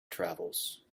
travels